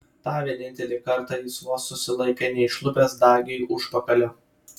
tą vienintelį kartą jis vos susilaikė neišlupęs dagiui užpakalio